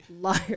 Liar